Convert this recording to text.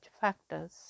factors